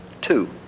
Two